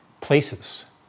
places